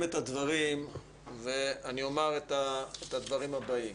את הדברים ואני אומר את הדברים הבאים.